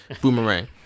Boomerang